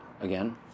again